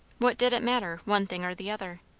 what did it matter, one thing or the other?